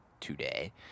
today